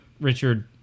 Richard